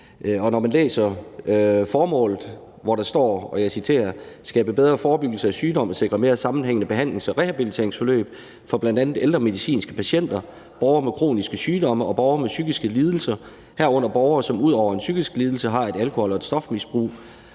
når man læser formålet, hvor der står, at det skal »skabe bedre forebyggelse af sygdom og sikre mere sammenhængende behandlings- og rehabiliteringsforløb for bl.a. ældre medicinske patienter, borgere med kroniske sygdomme og borgere med psykiske lidelser, herunder borgere, som ud over en psykisk lidelse har et alkohol- eller stofmisbrug«,